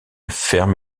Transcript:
ferme